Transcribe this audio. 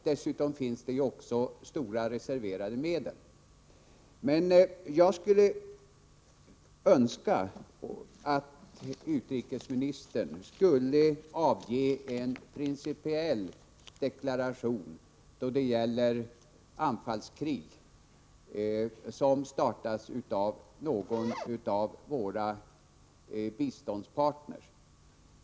Dessutom finns det stora reserverade medel. Man skulle önska att utrikesministern skulle avge en principiell deklaration då det gäller anfallskrig som startas av någon av våra biståndspartner.